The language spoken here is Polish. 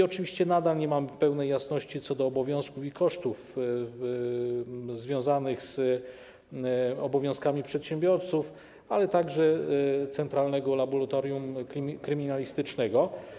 Oczywiście nadal nie ma pełnej jasności co do obowiązków i kosztów związanych z obowiązkami przedsiębiorców, ale także centralnego laboratorium kryminalistycznego.